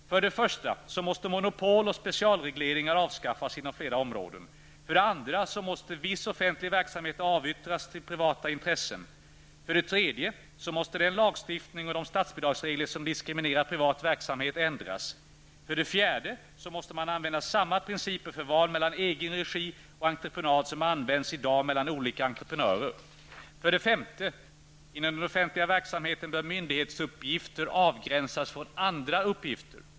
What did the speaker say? För det första måste monopol och specialregleringar avskaffas inom flera områden. För det andra måste viss offentlig verksamhet avyttras till privata intressen. För det tredje måste den lagstiftning och de statsbidragsregler som diskriminerar privat verksamhet ändras. För det fjärde måste man använda samma principer för val mellan egen regi och entreprenad som används i dag mellan olika entreprenörer. För det femte bör myndighetsuppgifter inom den offentliga verksamheten avgränsas från andra uppgifter.